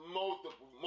multiple